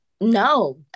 no